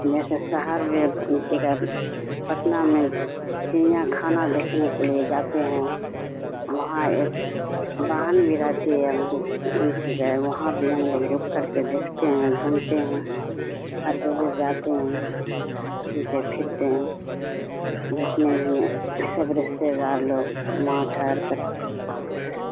جیسے شہر میں کنچی کا پٹنہ میں چیا کھانا دیکھنے کے لیے جاتے ہیں وہاں ایک بہن بھی رہتی ہے کنچی کا ہے وہاں بھی ہم لوگ رک کر کے دیکھتے ہیں گھومتے ہیں ہر جگہ جاتے ہیں گھومتے پھرتے ہیں جتنے بھی ہیں سب رشتے دار لوگ وہاں ٹھہر کر کے